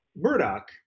Murdoch